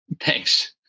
Thanks